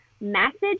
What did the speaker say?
message